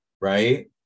Right